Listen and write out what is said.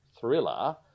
thriller